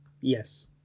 yes